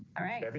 alright, i mean